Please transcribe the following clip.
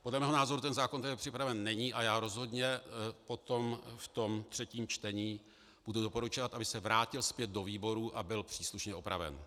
Podle mého názoru ten zákon připraven není a já rozhodně potom ve třetím čtení budu doporučovat, aby se vrátil zpět do výborů a byl příslušně opraven.